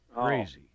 Crazy